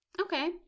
Okay